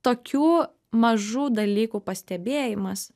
tokių mažų dalykų pastebėjimas